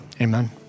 Amen